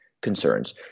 concerns